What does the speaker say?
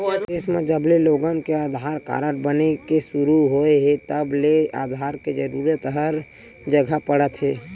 देस म जबले लोगन के आधार कारड बने के सुरू होए हे तब ले आधार के जरूरत हर जघा पड़त हे